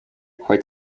quite